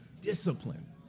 discipline